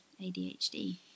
ADHD